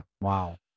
wow